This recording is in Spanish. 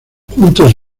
juntos